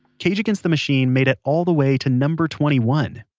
cage against the machine made it all the way to number twenty one.